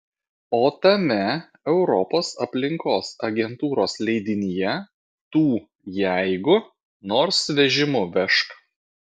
o tame europos aplinkos agentūros leidinyje tų jeigu nors vežimu vežk